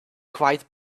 quite